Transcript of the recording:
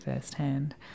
firsthand